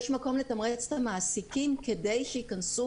יש מקום לתמרץ את המעסיקים כדי שייכנסו